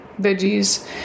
veggies